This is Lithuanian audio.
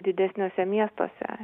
didesniuose miestuose